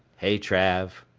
hey trav,